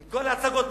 עם כל ההצגות מסביב,